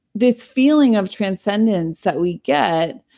this feeling of transcendence that we get,